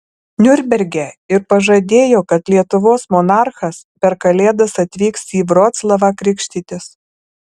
niurnberge ir pažadėjo kad lietuvos monarchas per kalėdas atvyks į vroclavą krikštytis